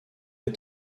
est